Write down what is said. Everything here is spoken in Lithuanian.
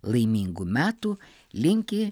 laimingų metų linki